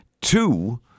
Two